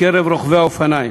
מקרב רוכבי האופניים.